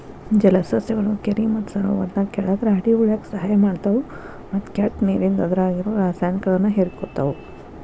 ಜಲಸಸ್ಯಗಳು ಕೆರಿ ಮತ್ತ ಸರೋವರದ ಕೆಳಗ ರಾಡಿ ಉಳ್ಯಾಕ ಸಹಾಯ ಮಾಡ್ತಾವು, ಮತ್ತ ಕೆಟ್ಟ ನೇರಿಂದ ಅದ್ರಾಗಿರೋ ರಾಸಾಯನಿಕಗಳನ್ನ ಹೇರಕೋತಾವ